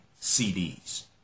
CDs